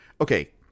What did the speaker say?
okay